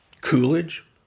Coolidge